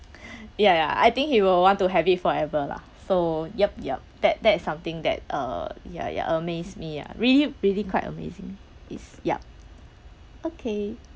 ya ya I think he will want to have it forever lah so yup yup that that is something that uh ya ya amaze me ah really really quite amazing it's yup okay